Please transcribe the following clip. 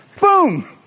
Boom